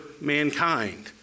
mankind